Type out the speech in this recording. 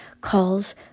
calls